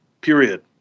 period